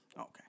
Okay